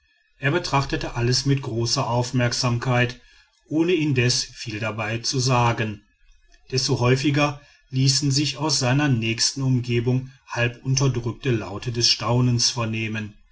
er betrachtete alles mit großer aufmerksamkeit ohne indes viel dabei zu sagen desto häufiger ließen sich aus seiner nächsten umgebung halbunterdrückte laute des staunens vernehmen